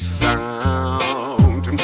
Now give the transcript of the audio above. sound